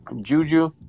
Juju